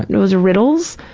those riddles,